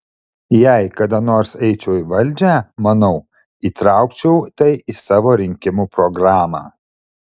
jei kada nors eičiau į valdžią manau įtraukčiau tai į savo rinkimų programą